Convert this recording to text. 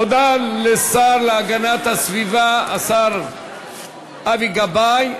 תודה לשר להגנת הסביבה, השר אבי גבאי.